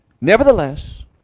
nevertheless